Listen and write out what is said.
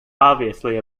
obviously